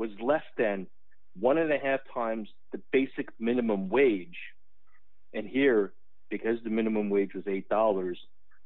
was less than one dollar of a half times the basic minimum wage and here because the minimum wage was eight dollars